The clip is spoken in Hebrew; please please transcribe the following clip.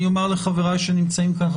אני אומר לחבריי שנמצאים כאן,